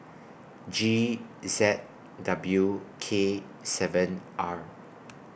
G Z W K seven R